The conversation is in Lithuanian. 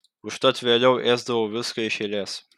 užtat vėliau ėsdavau viską iš eilės